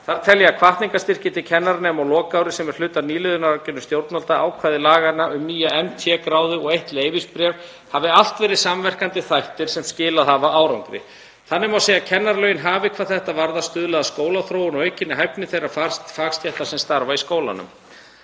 má telja að hvatningarstyrkir til kennaranema á lokaári, sem er hluti af nýliðunaraðgerðum stjórnvalda, ákvæði laganna um nýja MT-gráðu og eitt leyfisbréf hafi allt verið samverkandi þættir sem skilað hafa árangri. Þannig má segja að kennaralögin hafi hvað þetta varðar stuðlað að skólaþróun og aukinni hæfni þeirra fagstétta sem starfa í skólunum.